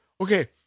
Okay